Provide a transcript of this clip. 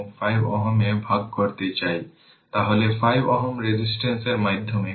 যেহেতু ইন্ডাক্টর এবং 2 Ω resistor parallel